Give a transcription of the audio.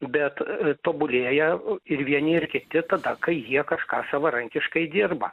bet tobulėja ir vieni ir kiti tada kai jie kažką savarankiškai dirba